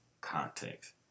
context